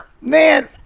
man